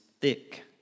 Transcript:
thick